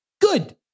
Good